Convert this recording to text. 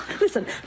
Listen